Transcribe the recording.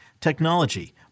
technology